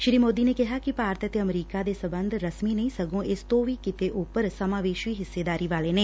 ਸ੍ਰੀ ਮੋਦੀ ਨੇ ਕਿਹਾ ਕਿ ਭਾਰਤ ਅਤੇ ਅਮਰੀਕਾ ਦੇ ਸਬੰਧ ਰਸਮੀ ਨਹੀਂ ਸਗੋਂ ਇਸ ਤੋਂ ਵੀ ਕਿਤੇ ਉਪਰ ਸਮਾਵੇਸ਼ੀ ਹਿੱਸੇਦਾਰੀ ਵਾਲੇ ਨੇ